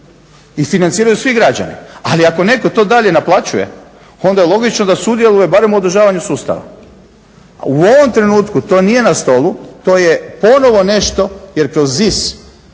I financiraju svi građani. Ali ako netko to dalje naplaćuje onda je logično da sudjeluje barem u održavanju sustava. U ovom trenutku to nije na stolu, to je ponovno nešto jer kroz ZIS